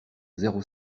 zéro